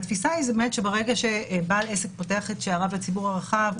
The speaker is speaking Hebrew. התפיסה היא שברגע שבעל עסק פותח את שעריו לציבור הרחב,